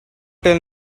tell